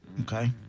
Okay